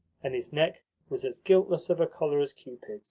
and his neck was as guiltless of a collar as cupid's